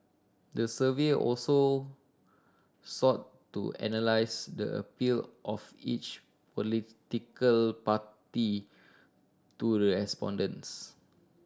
the survey also sought to analyse the appeal of each political party to the respondents